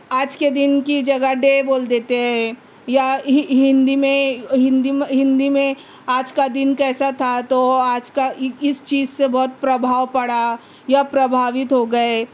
آج كے دِن كی جگہ ڈے بول دیتے ہیں یا ہی ہندی میں ہندی میں ہندی میں آج كا دِن كیسا تھا تو آج كا اِس چیز سے بہت پربھاؤ پڑا یا پربھاوت ہوگیے